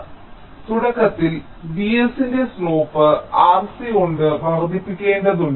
അതിനാൽ തുടക്കത്തിൽ Vsന്റെ സ്ലോപ്പ് Rc കൊണ്ട് വർദ്ധിപ്പിക്കേണ്ടതുണ്ട്